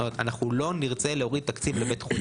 זאת אומרת לא נרצה להוריד תקציב לבית חולים